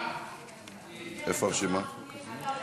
יש רשימת דוברים ארוכה.